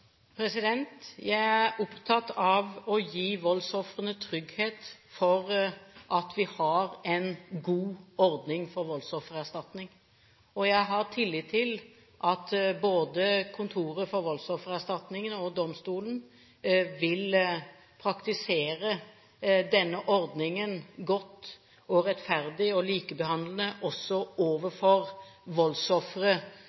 Jeg er opptatt av å gi voldsofrene trygghet for at vi har en god ordning når det gjelder voldsoffererstatning. Jeg har tillit til at både Kontoret for voldsoffererstatning og domstolen vil praktisere denne ordningen godt og rettferdig, og